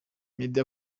meddy